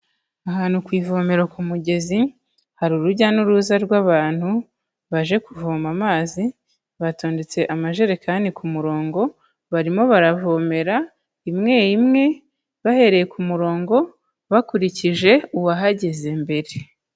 Ahantu ku ivomera ku mugezi, hari urujya n'uruza rw'abantu baje kuvoma amazi, batondetse amajerekani ku murongo, barimo baravomera imwe imwe bahereye ku murongo, bakurikije uwahageze mbere.